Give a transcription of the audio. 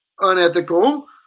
unethical